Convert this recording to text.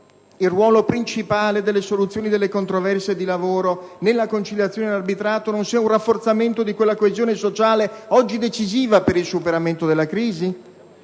il ruolo principale delle soluzioni delle controversie di lavoro nella conciliazione e nell'arbitrato non sia un rafforzamento di quella coesione sociale oggi decisiva per il superamento della crisi?